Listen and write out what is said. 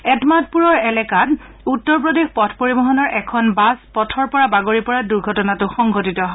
এতমাদপুৰৰ এলেকাত উত্তৰ প্ৰদেশ পথ পৰিবহনৰ এখন বাছ পথৰ পৰা বাগৰি পৰাত দুৰ্ঘটনাটো সংঘটিত হয়